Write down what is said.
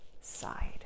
side